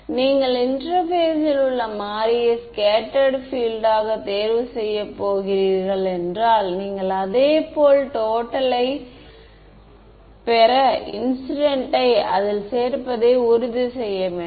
நீங்கள் இன்டெர்பேஸில் உங்கள் மாறியை ஸ்கேட்டர்டு பீஎல்ட் ஆக தேர்வு செய்ய போகிறீர்கள் என்றால் நீங்கள் அதேபோல் டோட்டல் யை பெற இன்சிடெண்ட் யை அதில் சேர்ப்பதை உறுதிசெய்ய வேண்டும்